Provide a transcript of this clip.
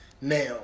now